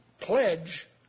pledge